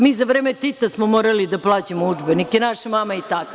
Mi za vreme Tita smo morali da plaćamo udžbenike, naše mame i tate.